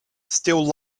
still